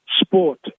sport